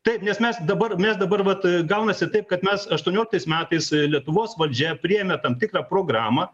taip nes mes dabar mes dabar vat gaunasi taip kad mes aštuonioliktais metais lietuvos valdžia priėmė tam tikrą programą